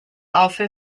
also